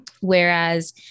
Whereas